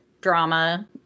drama